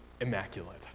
immaculate